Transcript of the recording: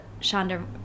Shonda